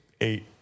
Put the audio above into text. eight